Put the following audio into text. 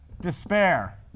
despair